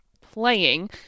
playing